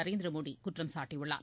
நரேந்திர மோடி குற்றம் சாட்டியுள்ளார்